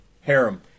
Harem